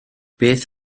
beth